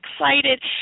excited